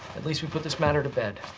at least we put this matter to bed.